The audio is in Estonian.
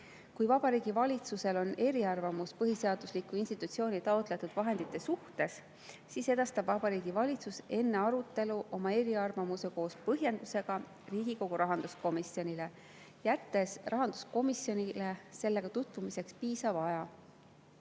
Kui Vabariigi Valitsusel on eriarvamus põhiseadusliku institutsiooni taotletud vahendite suhtes, siis edastab Vabariigi Valitsus enne arutelu oma eriarvamuse koos põhjendusega Riigikogu rahanduskomisjonile, jättes rahanduskomisjonile sellega tutvumiseks piisava aja.